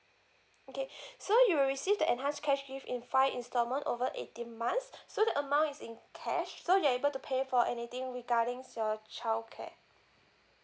okay so you will receive the enhanced cash gift in five installment over eighteen months so the amount is in cash so you're able to pay for anything regarding your childcare